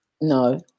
No